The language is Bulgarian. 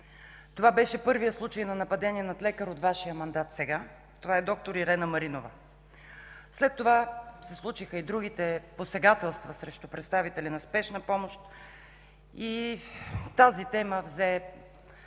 Това беше първият случай на нападение над лекар от Вашия мандат сега. Това е д-р Ирена Маринова. След това се случиха и другите посегателства срещу представители на Спешна помощ. Тази тема взе